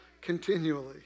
continually